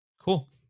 Cool